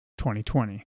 2020